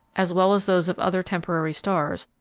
as well as those of other temporary stars,